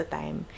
time